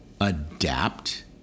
adapt